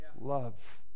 Love